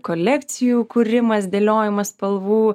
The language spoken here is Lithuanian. kolekcijų kūrimas dėliojimas spalvų